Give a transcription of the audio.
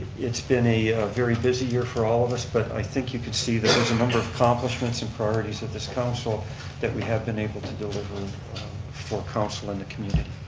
it's been a very busy year for all of us, but i think you can see that there's a number of accomplishments and priorities of this council that we have been able to deliver for council and the community.